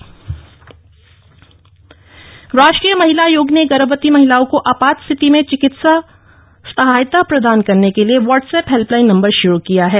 helpline number राष्ट्रीय महिला आयोग ने गर्भवती महिलाओं को आपात स्थिति में चिकित्सा सहायता प्रदान करने के लिए व्हाट्सएप हेल्पलाइन नंबर शुरू किया है